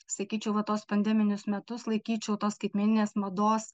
sakyčiau va tuos pandeminius metus laikyčiau tos skaitmeninės mados